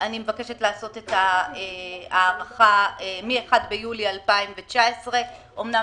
אני מבקשת לעשות את ההארכה מה-1 ביולי 2019. אומנם